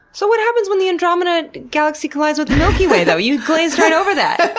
so what happens when the andromeda galaxy collides with the milky way though! you glazed right over that!